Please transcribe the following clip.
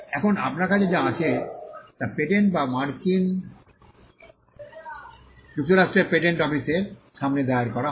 এখন আপনার কাছে যা আছে তা পেটেন্ট যা মার্কিন যুক্তরাষ্ট্রের পেটেন্ট অফিসের সামনে দায়ের করা হয়